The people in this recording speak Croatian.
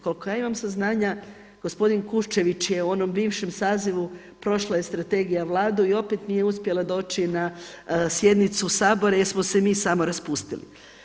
Koliko ja imam saznanja gospodin Kušćević je u onom bivšem sazivu, prošla je strategija Vladu i opet nije uspjela doći na sjednicu Sabora jer smo se mi samo raspustili.